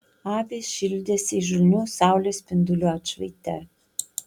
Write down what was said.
avys šildėsi įžulnių saulės spindulių atšvaite